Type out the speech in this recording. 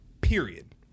period